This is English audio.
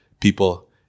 people